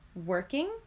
working